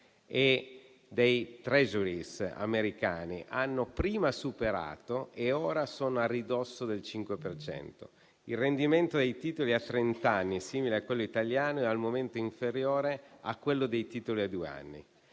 e dei *treasury* americani hanno prima superato e ora sono a ridosso del 5 per cento. Il rendimento dei titoli a trent'anni, simile a quello italiano, è al momento inferiore a quello dei titoli a due anni,